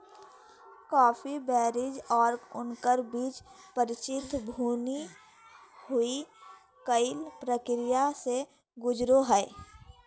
coffee berries और उनकर बीज परिचित भुनी हुई कई प्रक्रिया से गुजरो हइ